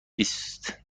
بیست